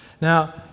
Now